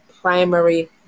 primary